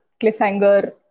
cliffhanger